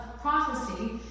prophecy